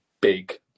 big